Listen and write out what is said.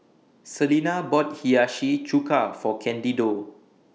Selena bought Hiyashi Chuka For Candido